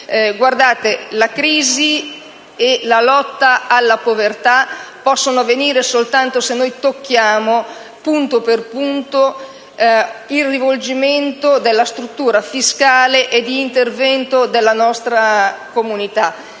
crisi e la lotta alla povertà possono avvenire soltanto se noi tocchiamo, punto per punto, il rivolgimento della struttura fiscale e di intervento della nostra comunità.